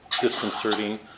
disconcerting